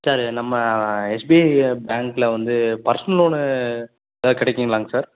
sir நம்ம SBI பேங்க்கில் வந்து பர்ஸனல் லோனு எதாவது கிடைக்குங்களாங் சார்